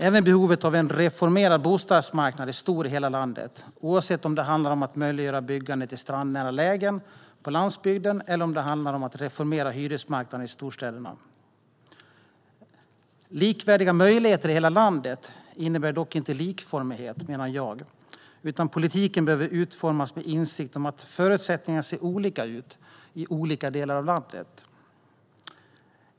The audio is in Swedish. Även behovet av en reformerad bostadsmarknad är stor i hela landet, oavsett om det handlar om att möjliggöra byggande i strandnära lägen på landsbygden eller om det handlar om att reformera hyresmarknaden i storstäderna. Likvärdiga möjligheter i hela landet innebär dock inte likformighet, menar jag, utan politiken behöver utformas med insikt om att förutsättningarna ser olika ut i olika delar av landet.